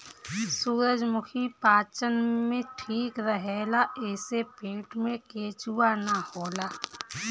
सूरजमुखी पाचन में ठीक रहेला एसे पेट में केचुआ ना होला